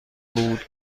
بود